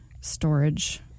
storage